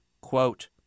quote